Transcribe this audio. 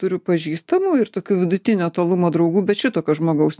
turiu pažįstamų ir tokių vidutinio tolumo draugų bet šitokio žmogaus